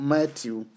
Matthew